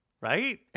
right